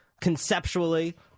Conceptually